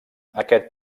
aquest